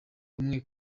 umwe